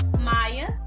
Maya